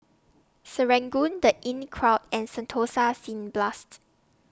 Serangoon The Inncrowd and Sentosa Cineblast